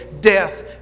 death